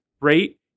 rate